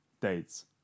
dates